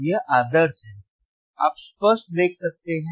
यह आदर्श है आप स्पष्ट देख सकते हैं